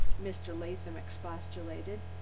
mr. latham expostulated,